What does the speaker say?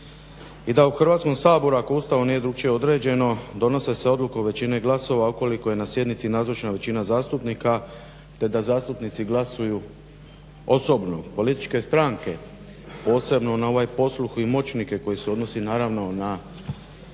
i da u Hrvatskom saboru ako Ustavom nije drukčije određeno donose se odluke većinom glasova ukoliko je na sjednici nazočna većina zastupnika te da zastupnici glasuju osobno. Političke stranke, posebno na ovaj posluh i moćnike koji se odnosi naravno na